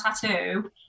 tattoo